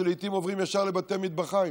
שלעיתים עוברים ישר לבתי מטבחיים,